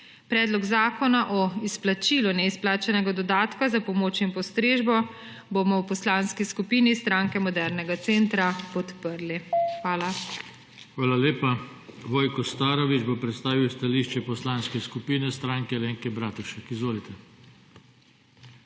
Predlog zakona o izplačilu neizplačanega dodatka za pomoč in postrežbo bomo v Poslanski skupini Stranke modernega centra podprli. Hvala. PODPREDSEDNIK JOŽE TANKO: Hvala lepa. Vojko Starović bo predstavil stališče Poslanske skupine Stranke Alenke Bratušek. Izvolite.